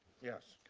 yes.